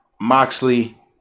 Moxley